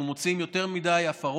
אנחנו מוצאים יותר מדי הפרות,